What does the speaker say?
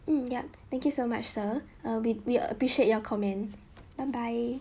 um yup thank you so much sir um we we appreciate your comment bye bye